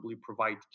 provide